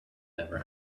never